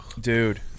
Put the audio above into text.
Dude